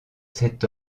sept